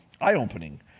eye-opening